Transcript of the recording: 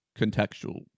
contextual